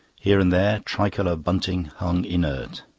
here and there tricolour bunting hung inert.